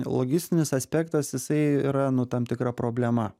logistinis aspektas jisai yra nu tam tikra problema